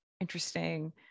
interesting